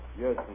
Yes